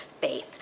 faith